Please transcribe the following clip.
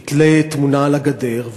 יתלה תמונה על הגדר,